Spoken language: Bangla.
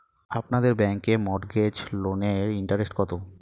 আপনাদের ব্যাংকে মর্টগেজ লোনের ইন্টারেস্ট কত?